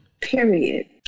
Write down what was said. Period